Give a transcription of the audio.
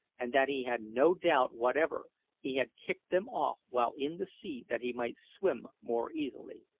and that he had no doubt whatever he had kicked them off while in the sea that he might swim more easily.